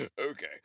Okay